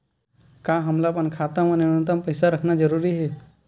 का हमला अपन खाता मा न्यूनतम पईसा रखना जरूरी हे?